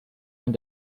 ein